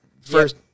first